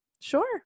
sure